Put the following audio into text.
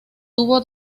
tuvo